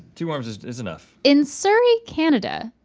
two worms is is enough. in surrey, canada,